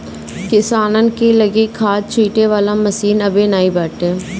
किसानन के लगे खाद छिंटे वाला मशीन अबे नाइ बाटे